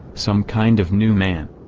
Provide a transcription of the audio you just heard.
some kind of new man.